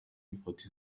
ifoto